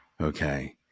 Okay